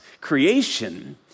creation